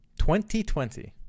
2020